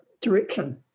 direction